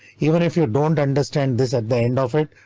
even if you don't understand this at the end of it.